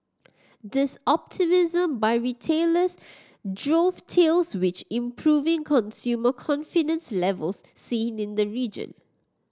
this optimism by retailers dovetails which improving consumer confidence levels seen in the region